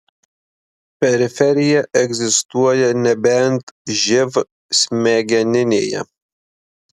periferija egzistuoja nebent živ smegeninėje